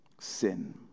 sin